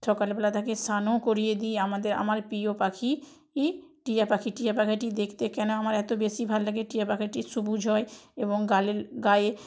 সকালবেলা তাকে স্নানও করিয়ে দিই আমাদের আমার প্রিয় পাখি ই টিয়া পাখি টিয়া পাখিটি দেখতে কেন আমার এত বেশি ভালো লাগে টিয়া পাখিটি সবুজ হয় এবং গালে গায়ে